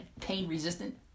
pain-resistant